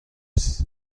eus